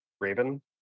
Raven